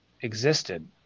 existed